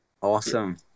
awesome